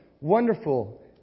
wonderful